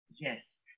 Yes